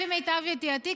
לפי מיטב ידיעתי,